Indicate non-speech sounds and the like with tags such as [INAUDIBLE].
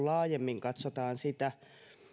[UNINTELLIGIBLE] laajemmin katsotaan